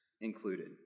included